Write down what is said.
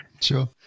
sure